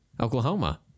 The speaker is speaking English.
Oklahoma